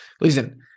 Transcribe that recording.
Listen